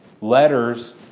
letters